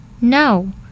No